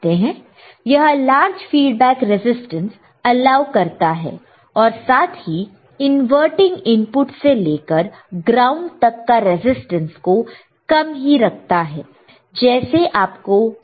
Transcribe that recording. यह large feedback resistance allow करता है और साथ ही इनवर्टिंग इनपुट से लेकर ग्राउंड तक का रेजिस्टेंस को कम ही रखता है जैसे आपको डॉटेड नेटवर्क में दिखाई दे रहा है